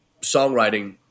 songwriting